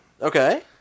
Okay